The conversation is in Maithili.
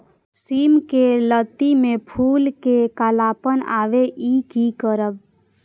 सिम के लत्ती में फुल में कालापन आवे इ कि करब?